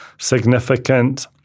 significant